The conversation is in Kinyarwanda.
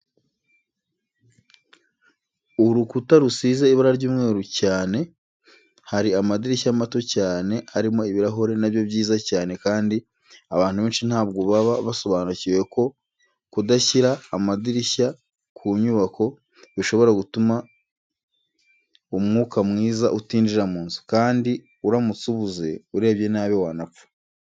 Urukuta rusize ibara ry'umweru cyane, hari amadirishya mato cyane arimo ibirahure nabyo byiza cyane kandi abantu benshi ntabwo baba basobanukiwe ko kudashyira amadirishya ku nyubako, bishobora gutuma umwuka mwiza utinjira mu nzu, kandi uramutse ubuze, urebye nabi wanapfa.